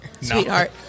Sweetheart